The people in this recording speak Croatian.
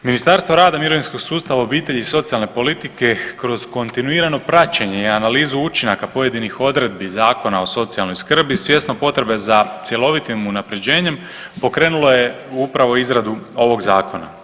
Ministarstvo rada, mirovinskog sustava, obitelji i socijalne politike kroz kontinuirano praćenje i analizu učinaka pojedinih odredbi Zakona o socijalnoj skrbi svjesno potrebe za cjelovitim unapređenjem pokrenulo je upravo izradu ovog zakona.